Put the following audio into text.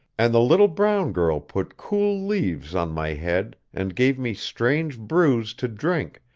and the little brown girl put cool leaves on my head, and gave me strange brews to drink,